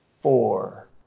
four